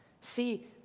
See